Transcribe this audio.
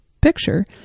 picture